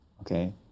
okay